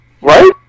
Right